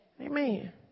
Amen